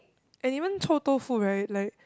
and even Chou-Tofu right like